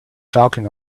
falcon